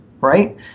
right